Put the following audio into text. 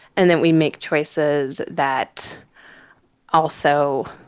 and then we make choices that also.